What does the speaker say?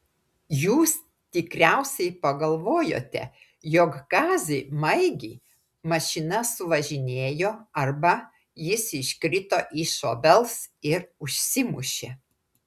jūs tikriausiai pagalvojote jog kazį maigį mašina suvažinėjo arba jis iškrito iš obels ir užsimušė